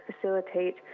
facilitate